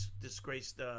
disgraced